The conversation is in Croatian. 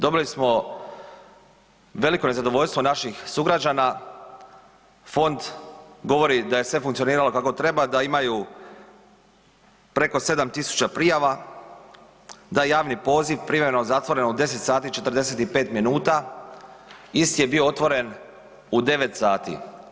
Dobili smo veliko nezadovoljstvo naših sugrađana, fond govori da je sve funkcioniralo kako treba, da imaju preko 7000 prijava, da javni poziv je privremeno zatvoren u 10 sati i 45 minuta, isti je bio otvoren u 9 sati.